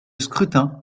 scrutin